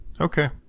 okay